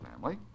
family